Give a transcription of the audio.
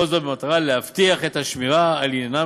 וכל זאת במטרה להבטיח את השמירה על עניינם